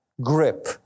grip